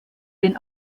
den